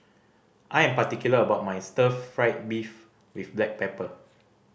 I am particular about my stir fried beef with black pepper